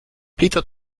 peter